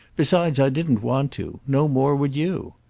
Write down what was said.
besides i didn't want to. no more would you.